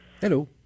Hello